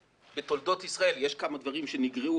עד היום בתולדות ישראל - יש כמה דברים שנגרעו,